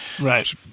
right